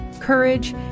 courage